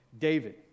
David